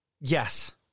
Yes